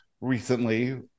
recently